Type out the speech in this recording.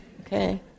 Okay